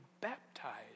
baptized